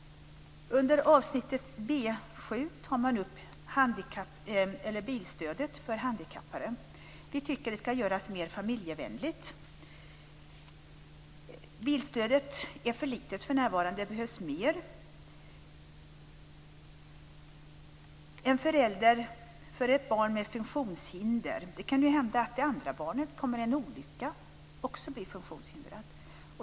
Under avsnittet B7 tar man upp bilstödet till handikappade. Vi tycker att det ska göras mer familjevänligt. Bilstödet är för litet för närvarande, det behövs mer. Det kan hända för en förälder som har ett barn med funktionshinder att det andra barnet genom en olycka också blir funktionshindrat.